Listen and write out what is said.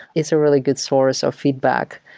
it's a really good source of feedback.